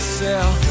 sell